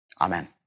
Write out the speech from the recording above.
Amen